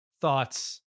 thoughts